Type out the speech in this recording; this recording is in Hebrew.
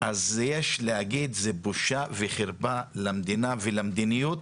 אז יש להגיד זה בושה וחרפה למדינה ולמדיניות